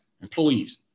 employees